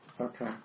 Okay